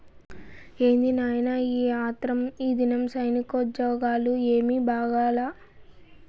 ఏంది నాయినా ఈ ఆత్రం, ఈదినం సైనికోజ్జోగాలు ఏమీ బాగాలా